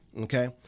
Okay